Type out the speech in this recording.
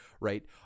Right